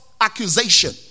accusation